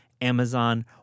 Amazon